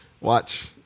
Watch